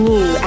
New